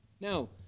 Now